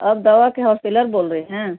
آپ دوا کے ہول سٹیلر بول رہے ہیں